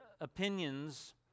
opinions